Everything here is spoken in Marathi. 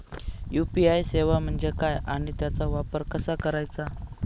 यू.पी.आय सेवा म्हणजे काय आणि त्याचा वापर कसा करायचा?